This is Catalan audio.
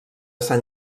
sant